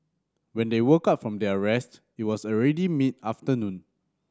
when they woke up from their rest it was already mid afternoon